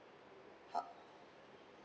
uh